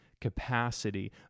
Capacity